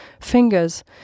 fingers